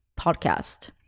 podcast